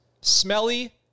smelly